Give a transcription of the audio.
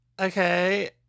okay